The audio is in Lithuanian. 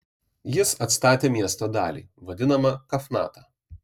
jis atstatė miesto dalį vadinamą kafnata